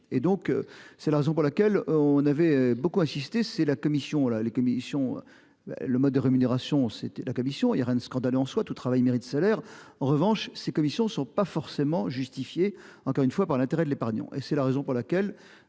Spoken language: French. et donc c'est la raison pour laquelle on avait beaucoup insisté c'est la commission là les commissions. Le mode de rémunération, c'était la commission Irène scandaleux en soi. Tout travail mérite salaire. En revanche, ces commissions ne sont pas forcément justifiées. Encore une fois, par l'intérêt de l'épargnant. Et c'est la raison pour laquelle